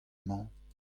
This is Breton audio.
mañ